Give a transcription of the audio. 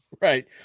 Right